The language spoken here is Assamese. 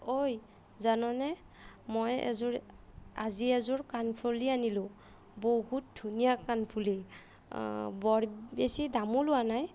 ঐ জাননে মই এযোৰ আজি এযোৰ কাণফুলি আনিলোঁ বহুত ধুনীয়া কাণফুলি বৰ বেছি দামো লোৱা নাই